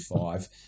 five